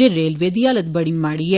जे railway दी हालत बड़ी माडी ऐ